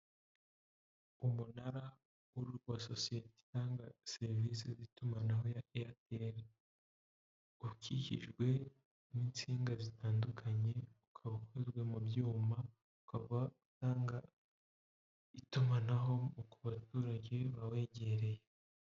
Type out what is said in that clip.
Umunara wa sosiyete itanga serivisi z'itumanaho ya Airtel, ukikijwe n'insinga zitandukanye, ukaba ukozwe mu byuma, ukaba utanga itumanaho ku baturage bawegereye.